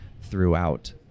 throughout